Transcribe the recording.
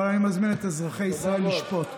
אבל אני מזמין את אזרחי ישראל לשפוט.